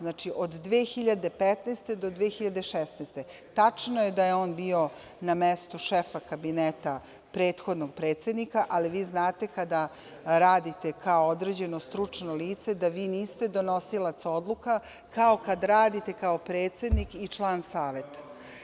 Znači, od 2015. do 2016. godine ,tačno je da je on bio na mestu šefa kabineta prethodnog predsednika, ali vi znate kada radite kao određeno stručno lice da vi niste donosilac odluka, kao kad radite kao predsednik i član saveta.